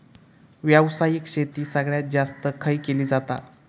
व्यावसायिक शेती सगळ्यात जास्त खय केली जाता?